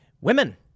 women